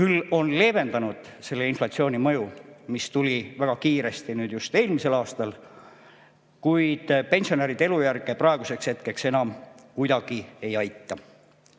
küll leevendanud inflatsiooni mõju, mis tuli väga kiiresti just eelmisel aastal, kuid pensionäride elujärge praeguseks hetkeks need enam kuidagi ei aita.